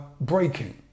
breaking